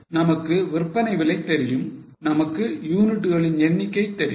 நமக்கு விற்பனை விலை தெரியும் நமக்கு யூனிட்களின் எண்ணிக்கை தெரியும்